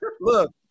look